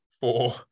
four